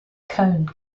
cone